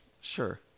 Sure